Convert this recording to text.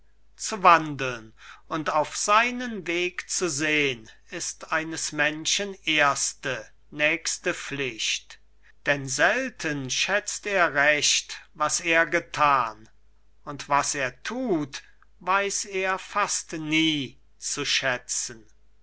zu wandeln und auf seinen weg zu sehen ist eines menschen erste nächste pflicht denn selten schätzt er recht was er gethan und was er thut weiß er fast nie zu schätzen